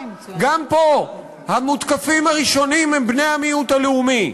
גם פה המותקפים הראשונים הם בני המיעוט הלאומי.